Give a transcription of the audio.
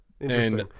Interesting